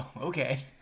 Okay